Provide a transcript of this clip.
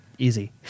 easy